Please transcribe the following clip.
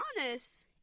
honest